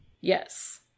yes